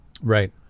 Right